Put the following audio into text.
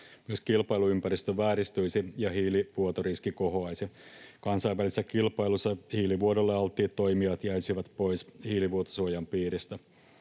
Myös kilpailuympäristö vääristyisi ja hiilivuotoriski kohoaisi. Kansainvälisessä kilpailussa hiilivuodolle alttiit toimijat jäisivät pois hiilivuotosuojan piiristä.